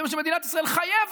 זה מה שמדינת ישראל חייבת.